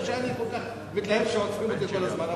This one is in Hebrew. לא שאני כל כך מתלהב שעוצרים אותי כל הזמן,